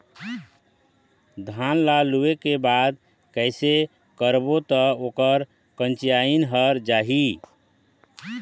धान ला लुए के बाद कइसे करबो त ओकर कंचीयायिन हर जाही?